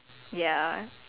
ya